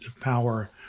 power